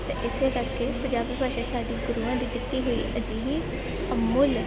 ਅਤੇ ਇਸੇ ਕਰਕੇ ਪੰਜਾਬੀ ਭਾਸ਼ਾ ਸਾਡੀ ਗੁਰੂਆਂ ਦੀ ਦਿੱਤੀ ਹੋਈ ਅਜਿਹੀ ਅਮੁੱਲ